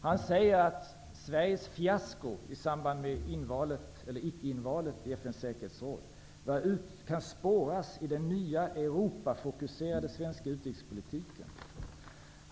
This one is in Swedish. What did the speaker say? Han säger att Sveriges fiasko i samband med att Sverige inte blev invalt i FN:s säkerhetsråd kan spåras i den nya Europafokuserade svenska utrikespolitiken.